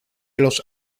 los